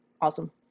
awesome